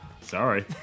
Sorry